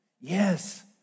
Yes